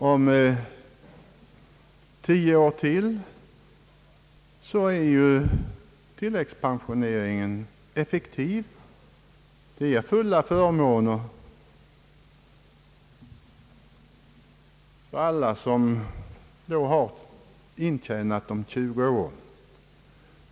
Om tio år är ju tilläggspensioneringen effektiv, den ger fulla förmåner åt alla som har intjänat pensionspoäng i 20 år.